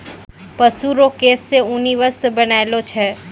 पशु रो केश से ऊनी वस्त्र बनैलो छै